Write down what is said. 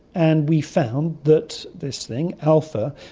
and we found that this thing, alpha,